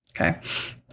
Okay